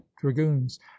dragoons